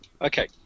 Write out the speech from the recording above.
Okay